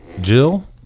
Jill